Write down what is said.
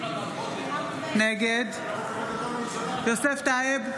נגד יוסף טייב,